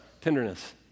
tenderness